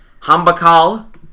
Hambakal